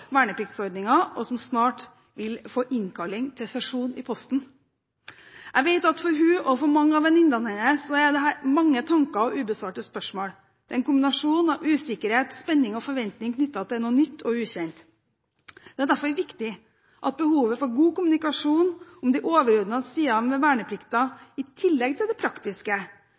og som snart vil få innkalling til sesjon i posten. Jeg vet at for henne og for mange av venninnene hennes er det her mange tanker og ubesvarte spørsmål, en kombinasjon av usikkerhet, spenning og forventning knyttet til noe nytt og ukjent. Det er derfor viktig at behovet for god kommunikasjon om de overordnede sidene ved verneplikten, i tillegg til det praktiske